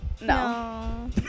No